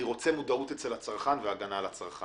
אני רצה מודעות על הצרכן והגנה על הצרכן.